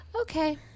Okay